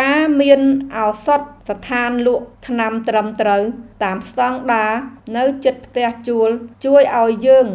ការមានឱសថស្ថានលក់ថ្នាំត្រឹមត្រូវតាមស្តង់ដារនៅជិតផ្ទះជួលជួយឱ្យយើង